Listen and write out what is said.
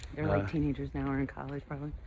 they're like teenagers, now, or in college, probably.